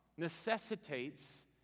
necessitates